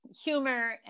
humor